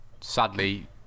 sadly